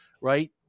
Right